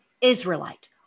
Israelite